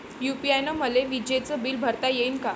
UPI न मले विजेचं बिल भरता यीन का?